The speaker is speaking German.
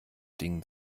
dingen